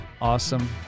awesome